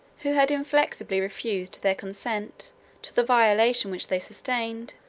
who had inflexibly refused their consent to the violation which they sustained,